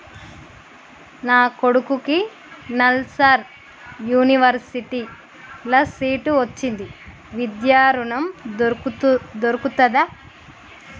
నా కొడుకుకి నల్సార్ యూనివర్సిటీ ల సీట్ వచ్చింది విద్య ఋణం దొర్కుతదా?